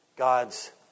God's